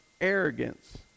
arrogance